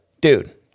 dude